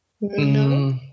No